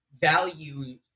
value